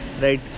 right